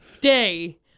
day